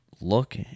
look